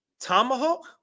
tomahawk